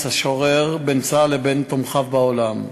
השורר בין צה"ל לבין תומכיו בעולם.